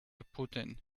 putin